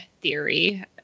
theory